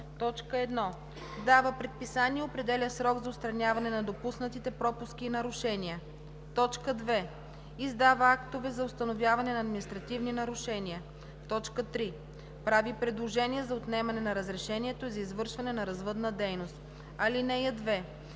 като: 1. дава предписания и определя срок за отстраняване на допуснатите пропуски и нарушения; 2. издава актове за установяване на административни нарушения; 3. прави предложение за отнемане на разрешението за извършване на развъдна дейност. (2)